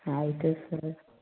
ಆಯಿತು ಸರ್